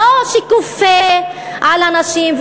לא שכופה על הנשים,